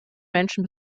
menschen